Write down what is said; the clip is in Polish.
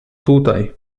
tutaj